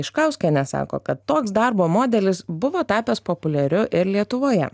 iškauskienė sako kad toks darbo modelis buvo tapęs populiariu ir lietuvoje